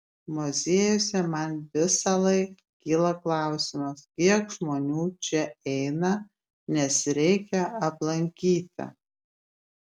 muziejuose man visąlaik kyla klausimas kiek žmonių čia eina nes reikia aplankyti